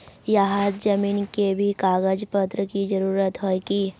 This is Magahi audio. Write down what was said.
यहात जमीन के भी कागज पत्र की जरूरत होय है की?